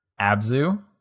Abzu